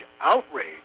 outrage